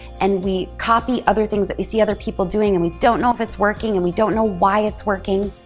and we copy other things that we see other people doing, and we don't know if it's working. and we don't know why it's working.